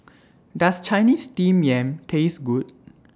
Does Chinese Steamed Yam Taste Good